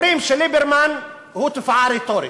אומרים שליברמן הוא תופעה רטורית.